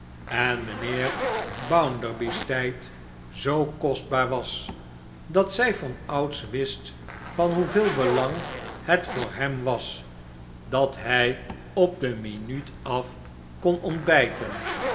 en mijnheer bounderby's tijd zoo kostbaar was en zij vanouds wist van hoeveel belang het voor hem was dat hij op de minuut af kon ontbijten